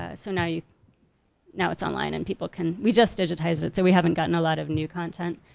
ah so now you know it's online and people can, we just digitized it so we haven't gotten a lot of new content,